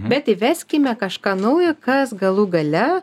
bet įveskime kažką naujo kas galų gale